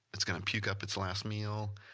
it's going to puke up its last meal.